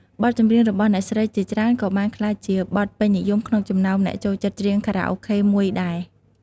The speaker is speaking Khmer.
បទចម្រៀងរបស់អ្នកស្រីជាច្រើនក៏បានក្លាយជាបទពេញនិយមក្នុងចំណោមអ្នកចូលចិត្ចច្រៀងខារ៉ាអូខេមួយដែរ។